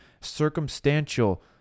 circumstantial